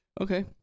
Okay